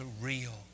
real